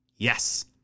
Yes